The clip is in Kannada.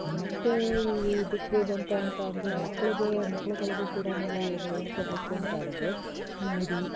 ಮತ್ತು ಇದಕ್ಕೆ ಬಂತಾ ಅಂತ ಅಂದರೆ ಮಕ್ಳಿಗೂ ಮಕ್ಳುಗಳ್ಗೂ ಕೂಡ ನಾವು ಇಲ್ಲಿ ಹೇಳ್ಕೊಬೇಕು ಅಂತ ಅಂದರೆ ಮಿಡಿ